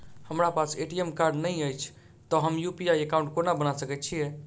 हमरा पास ATM card नहि अछि तए हम यु.पी.आई एकॉउन्ट कोना बना सकैत छी